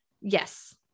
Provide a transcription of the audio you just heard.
yes